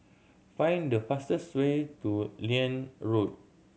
find the fastest way to Liane Road